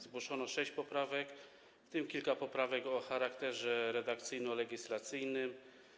Zgłoszono sześć poprawek, w tym kilka poprawek o charakterze redakcyjno-legislacyjnym.